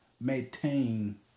maintain